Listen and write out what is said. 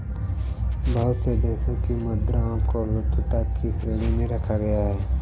बहुत से देशों की मुद्राओं को लुप्तता की श्रेणी में रखा गया है